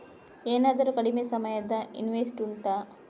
ಏನಾದರೂ ಕಡಿಮೆ ಸಮಯದ ಇನ್ವೆಸ್ಟ್ ಉಂಟಾ